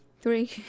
Three